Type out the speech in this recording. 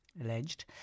alleged